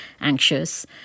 anxious